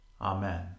Amen